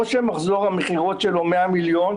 או שמחזור המכירות שלו הוא 100 מיליון,